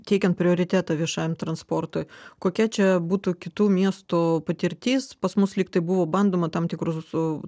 teikiant prioritetą viešajam transportui kokia čia būtų kitų miestų patirtis pas mus lyg tai buvo bandoma tam tikrus su